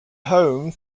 home